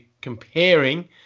comparing